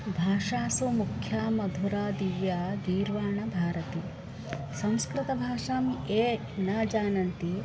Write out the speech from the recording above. भाषासु मुख्या मधुरा दिव्या गीर्वाणभारती संस्कृतभाषां ये न जानन्ति